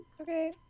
Okay